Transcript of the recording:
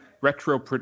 retro